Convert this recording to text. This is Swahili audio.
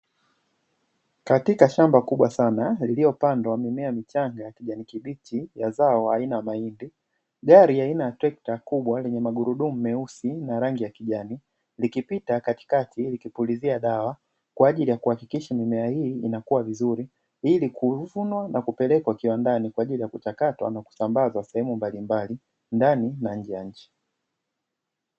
Katika shamba kubwa sana lililopandwa mimea michanga ya kijani kibichi ya zao aina ya mahindi. Gari aina ya trekta kubwa lenye magurudumu meusi na rangi ya kijani, likipita katikati likipulizia dawa. Kwa ajili ya kuhakikisha mimea hii inakua vizuri, ili kuvunwa na kupelekwa kiwandani kwa ajili ya kuchakatwa na kusambazwa sehemu mbalimbali ndani na nje ya nchi.